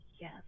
yes